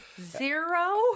Zero